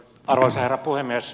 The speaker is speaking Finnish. arvoisa herra puhemies